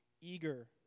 eager